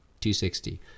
260